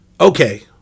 Okay